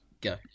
go